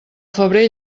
febrer